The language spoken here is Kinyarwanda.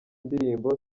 ndirimbo